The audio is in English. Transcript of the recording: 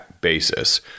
basis